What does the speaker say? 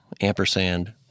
Ampersand